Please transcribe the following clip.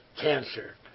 cancer